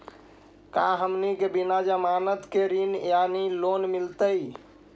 का हमनी के बिना जमानत के ऋण यानी लोन मिलतई?